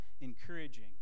encouraging